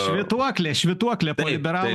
švytuokle švytuoklė liberalų